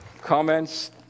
comments